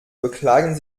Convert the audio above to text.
beklagen